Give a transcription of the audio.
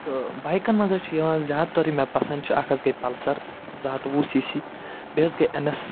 تہٕ بایکن منٛز حظ چھُ یِوان زیادٕ تر یِم مےٚ پسنٛد چھُ اکھ حظ گٔے پلسر زٕ ہتھ تہٕ وُہ سی سی بیٚیہِ حظ گٔے اٮ۪ن ایس